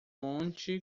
monte